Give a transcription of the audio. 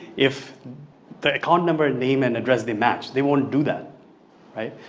if the account number and name and address they match, they won't do that right?